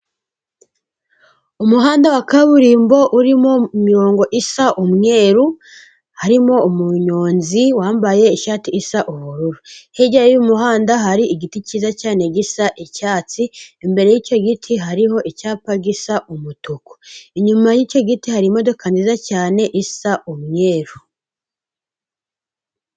Umuhanda wa kaburimbo urimo imirongo isa umweru, harimo umunyonzi wambaye ishati isa ubururu; hirya y'umuhanda hari igiti cyiza cyane gisa icyatsi, imbere y'icyo giti hariho icyapa gisa umutuku; nyuma y'icyo giti hari imodoka nziza cyane isa umweru.